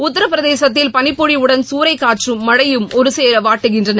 உத்திரபிரதேசத்தில் பளிப்பொழிவுடன் சூறைக்காற்றும் மழையும் ஒருசேர வாட்டுகின்றன